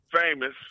famous